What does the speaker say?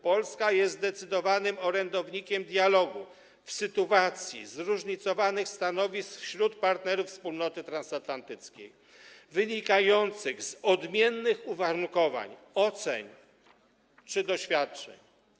Polska jest zdecydowanym orędownikiem dialogu w sytuacji zróżnicowanych stanowisk partnerów wspólnoty transatlantyckiej wynikających z odmiennych uwarunkowań, ocen czy doświadczeń.